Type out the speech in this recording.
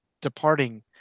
departing